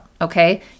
okay